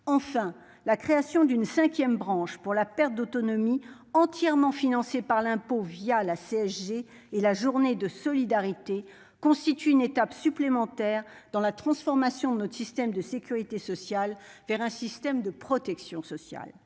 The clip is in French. Enfin, la création d'une cinquième branche pour la perte d'autonomie, entièrement financée par l'impôt la CSG et la journée de solidarité, constitue une étape supplémentaire dans la transformation de notre système de sécurité sociale en un système de protection sociale.